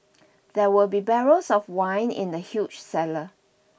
there were be barrels of wine in the huge cellar